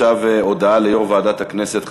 עכשיו הודעה ליושב-ראש ועדת הכנסת,